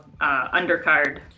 undercard